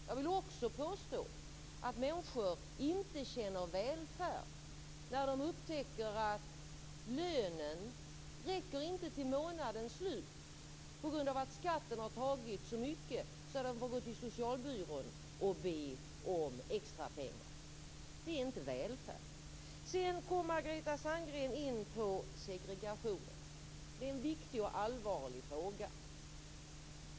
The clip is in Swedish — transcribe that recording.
Jag vill också påstå att människor inte känner välfärd när de upptäcker att lönen inte räcker till månadens slut på grund av att så mycket har gått till skatten, så att de får gå till socialbyrån och be om extrapengar. Det är inte välfärd. Sedan kom Margareta Sandgren in på segregationen, som är en viktig och allvarlig fråga.